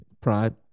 Pride